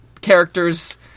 characters